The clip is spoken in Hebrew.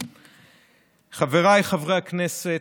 חבריי חברי הכנסת,